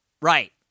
Right